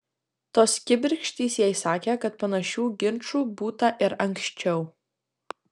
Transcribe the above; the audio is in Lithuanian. tos kibirkštys jai sakė kad panašių ginčų būta ir anksčiau